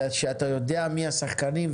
ושאתה יודע מי השחקנים.